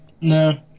No